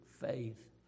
faith